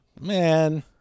Man